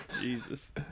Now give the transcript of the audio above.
Jesus